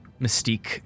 mystique